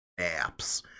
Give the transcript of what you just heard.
apps